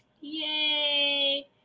Yay